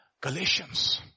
Galatians